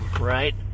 right